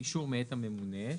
אישור מאת הממונה,